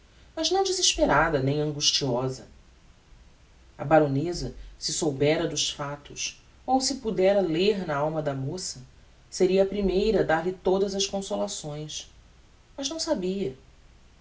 mas não desesperada nem angustiosa a baroneza se soubera dos factos ou se pudera ler na alma da moça seria a primeira a dar-lhe todas as consolações mas não sabia